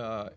and